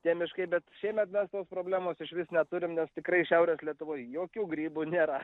tie miškai bet šiemet mes tos problemos išvis neturim nes tikrai šiaurės lietuvoje jokių grybų nėra